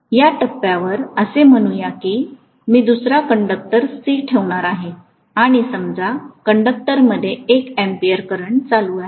या टप्प्यावर असे म्हणूया की मी दुसरा कंडक्टर C ठेवणार आहे आणि समजा कंडक्टरमध्ये 1 A करंट चालू आहे